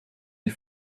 des